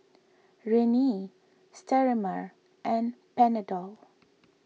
Rene Sterimar and Panadol